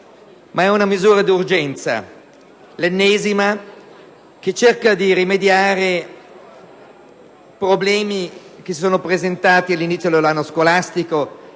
ma è una misura d'urgenza - l'ennesima - che cerca di rimediare a problemi che si sono presentati all'inizio dell'anno scolastico